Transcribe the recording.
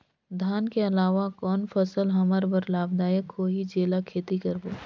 धान के अलावा कौन फसल हमर बर लाभदायक होही जेला खेती करबो?